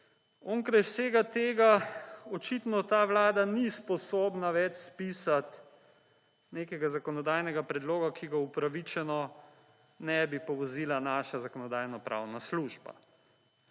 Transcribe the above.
Onkraj vsega tega očitno ta vlada ni sposobna več spisati nekega zakonodajnega predloga, ki ga upravičeno ne bi povozila naša zakonodajno-pravna službe.